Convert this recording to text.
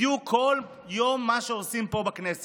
בדיוק מה שעושים כל יום פה בכנסת: